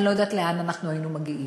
אני לא יודעת לאן אנחנו היינו מגיעים.